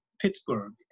Pittsburgh